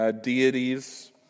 deities